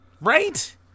Right